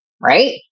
right